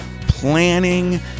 planning